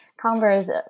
Converse